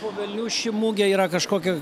pagaliau ši mugė yra kažkokio